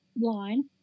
line